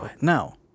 now